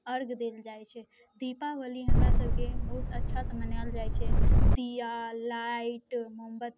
अर्घ देल जाइ छै दीपावली हमरासबके बहुत अच्छासँ मनाएल जाइ छै दीआ लाइट मोमबत्ती